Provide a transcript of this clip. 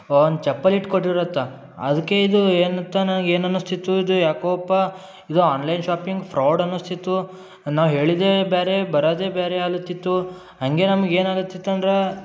ಒಂದು ಚಪ್ಪಲಿ ಇಟ್ಟು ಕೊಟ್ಟಿರತ್ತೆ ಅದಕ್ಕೆ ಇದು ಏನು ತನ ಏನು ಅನಿಸ್ತಿತ್ತು ಇದು ಯಾಕೋಪ್ಪ ಇದು ಆನ್ಲೈನ್ ಶಾಪಿಂಗ್ ಫ್ರಾಡ್ ಅನಿಸ್ತಿತ್ತು ನಾವು ಹೇಳಿದ್ದೇ ಬೇರೆ ಬರೋದೇ ಬೇರೆ ಆಲಿತಿತ್ತು ಹಾಗೆ ನಮ್ಗೆ ಏನಾಗುತ್ತಿತ್ ಅಂದ್ರೆ